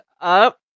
up